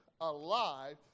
alive